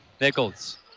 Nichols